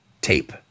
tape